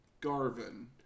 Garvin